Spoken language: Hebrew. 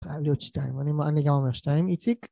חייב להיות שתיים. אני גם אומר שתיים. איציק?